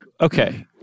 okay